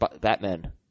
Batman